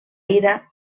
ira